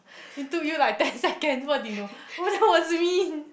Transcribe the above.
it took you like ten seconds what do you know that was mean